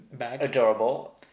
adorable